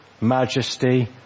majesty